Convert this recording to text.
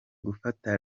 gufata